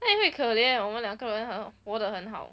哪里会可怜我们两个人活的很好